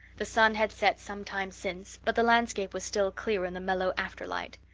the sun had set some time since, but the landscape was still clear in the mellow afterlight.